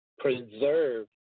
preserve